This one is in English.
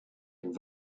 and